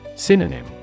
Synonym